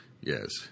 Yes